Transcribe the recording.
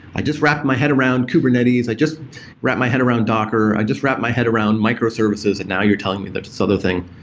i just wrapped my head around kubernetes. i just wrapped my head around docker. i just wrapped my head around microservices and now you're telling me there's this other thing?